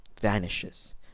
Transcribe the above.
vanishes